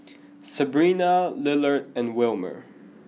Sebrina Lillard and Wilmer